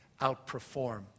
outperform